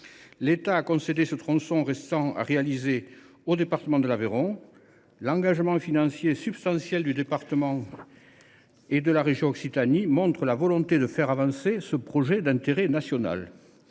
L’État a concédé ce tronçon restant à réaliser au département de l’Aveyron. L’engagement financier substantiel de ce département et de la région Occitanie montre la volonté de faire avancer ce projet d’intérêt national.